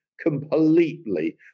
completely